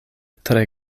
tre